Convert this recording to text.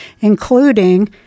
including